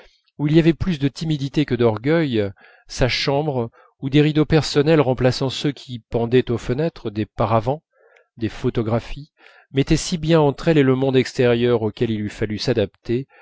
où il y avait plus de timidité que d'orgueil sa chambre où des rideaux personnels remplaçant ceux qui pendaient aux fenêtres des paravents des photographies mettaient si bien entre elle et le monde extérieur auquel il eût fallu s'adapter